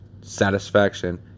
satisfaction